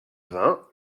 vingts